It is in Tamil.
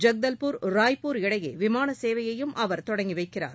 ஜக்தல்பூர் ராய்ப்பூரிடையே விமானசேவையையும் அவர் தொடங்கி வைக்கிறார்